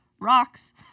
rocks